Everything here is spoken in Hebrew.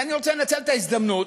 ואני רוצה לנצל את ההזדמנות,